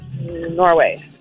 Norway